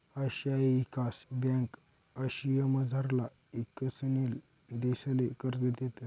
आशियाई ईकास ब्यांक आशियामझारला ईकसनशील देशसले कर्ज देतंस